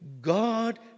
God